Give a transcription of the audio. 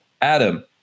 Adam